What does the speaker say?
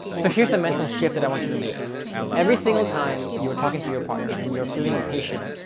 so here's a mental shift that i want you to make every single time you were talking to your partner and you're you're feeling impatient,